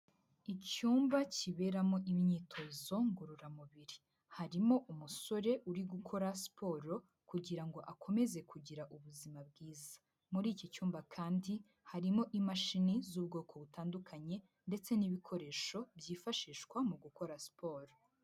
Icyumba kiberamo imyitozo ngororamubiri. Harimo umusore uri gukora siporo kugira ngo akomeze kugira ubuzima bwiza. Muri iki cyumba kandi, harimo imashini z'ubwoko butandukanye ndetse n'ibikoresho byifashishwa mu gukora siporo.